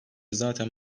zaten